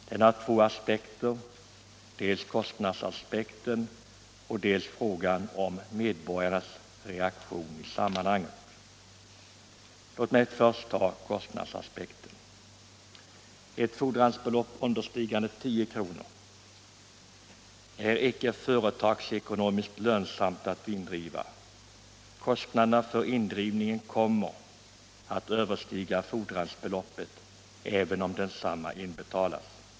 Den har två aspekter: dels kostnaderna, dels medborgarnas reaktion i sammanhanget. Jag vill först ta upp kostnadsaspekten. Ett fordringsbelopp understigande 10 kr. är det inte företagsekonomiskt lönsamt att indriva — kostnaderna för indrivningen kommer att överstiga fordringsbeloppet, även om detsamma inbetalas.